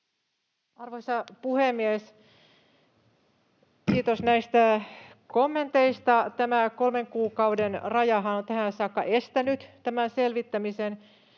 Arvoisa puhemies! Kiitos näistä kommenteista. Tämä kolmen kuukauden rajahan on tähän saakka estänyt tämän selvittämisen,